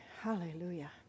hallelujah